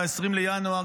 ב-20 בינואר,